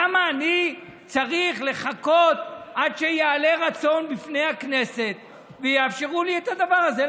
למה אני צריך לחכות עד שיעלה רצון בפני הכנסת ויאפשרו לי את הדבר הזה?